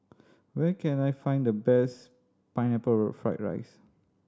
where can I find the best Pineapple Fried rice